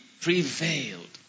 prevailed